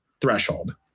threshold